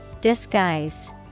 Disguise